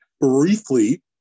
briefly